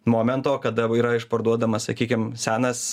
momento kada yra išparduodamas sakykim senas